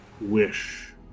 wish